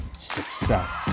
success